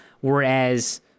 whereas